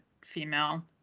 female